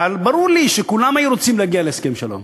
אבל ברור לי שכולם היו רוצים להגיע להסכם שלום.